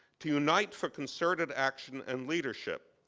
to unite for concerted action and leadership,